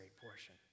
portion